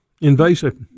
invasive